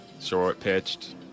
short-pitched